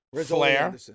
Flair